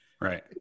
Right